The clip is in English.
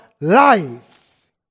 life